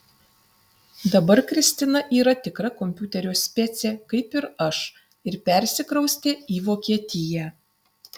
dabar kristina yra tikra kompiuterio specė kaip ir aš ir persikraustė į vokietiją